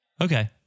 Okay